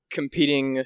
competing